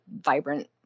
vibrant